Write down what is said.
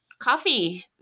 coffee